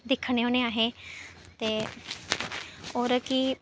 दिक्खने होन्नें अस ते होर कि